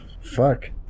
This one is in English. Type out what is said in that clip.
Fuck